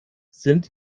sind